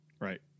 Right